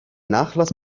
nachlass